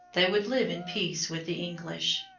they would live in peace with the english.